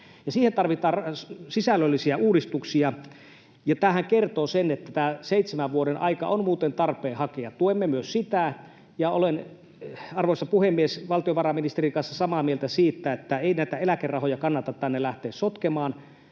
Siihen tarvitaan sisällöllisiä uudistuksia, ja tämähän kertoo sen, että tämä seitsemän vuoden aika on muuten tarpeen hakea. Tuemme myös sitä. Olen, arvoisa puhemies, valtiovarainministerin kanssa samaa mieltä siitä, että ei näitä eläkerahoja kannata tänne lähteä sotkemaan.